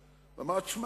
והוא אמר: תשמע,